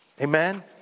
Amen